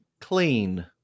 Clean